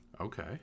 Okay